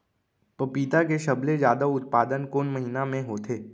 पपीता के सबले जादा उत्पादन कोन महीना में होथे?